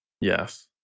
Yes